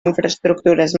infraestructures